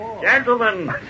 Gentlemen